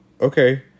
okay